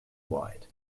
wide